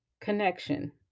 connection